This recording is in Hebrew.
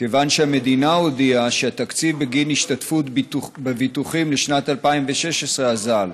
כיוון שהמדינה הודיעה שהתקציב בגין השתתפותה בביטוחים לשנת 2016 אזל.